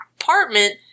apartment